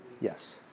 Yes